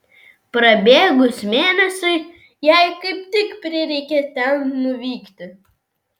prabėgus mėnesiui jai kaip tik prireikė ten nuvykti